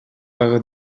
paga